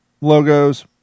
logos